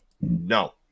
no